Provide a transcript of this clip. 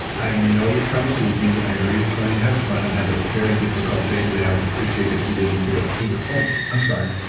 i know you're trying to tease me. i know you're just wanting to have fun. i'm having a very difficult day to day. i would appreciate if you wouldn't do it. he went, oh, i'm sorry.